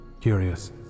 Curious